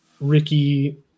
Ricky